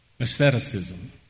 aestheticism